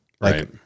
Right